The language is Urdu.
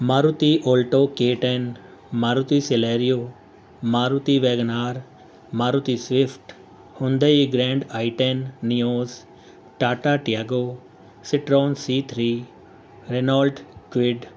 Maruti Alto K ten Maruti Celerio Maruti WagonR Maruti Swift Hyundai Grand I ten Nios Tata Tiago Citroen C three Renault Covid